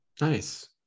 nice